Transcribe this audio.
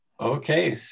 Okay